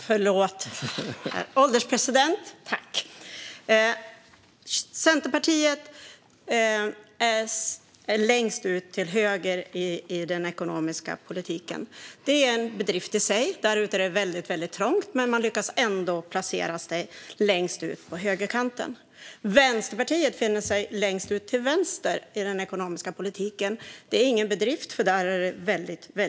Herr ålderspresident! Centerpartiet är längst ut till höger i den ekonomiska politiken. Det är en bedrift i sig. Därute är det väldigt trångt, men man lyckas ändå placera sig längst ut på högerkanten. Vänsterpartiet befinner sig längst ut till vänster i den ekonomiska politiken. Det är ingen bedrift, för där är det väldigt tomt.